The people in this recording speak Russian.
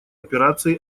операции